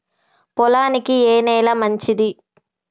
పొలానికి ఏ నేల మంచిది?